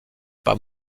pas